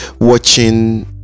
watching